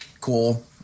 cool